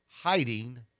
hiding